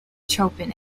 chopin